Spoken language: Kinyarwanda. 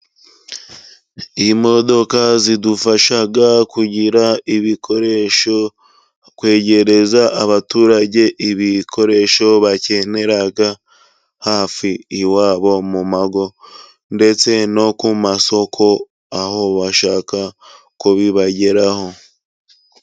Iyi modoka zidufasha kugira ibikoresho. Kwegereza abaturage ibikoresho bakenera hafi iwabo mu rugo. Ndetse no ku masoko aho bashaka kubibageraho.